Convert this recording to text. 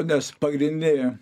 nes pagrindinė